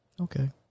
Okay